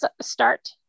start